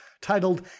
titled